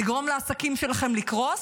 לגרום לעסקים שלכם לקרוס,